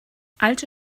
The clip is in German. alte